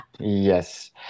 Yes